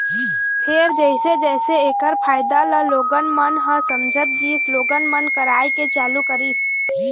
फेर जइसे जइसे ऐखर फायदा ल लोगन मन ह समझत गिस लोगन मन कराए के चालू करिस